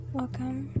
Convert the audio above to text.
Welcome